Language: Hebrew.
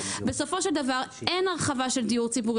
בסופו של דבר אין הרחבה של דיור ציבורי